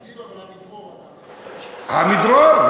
עמידרור.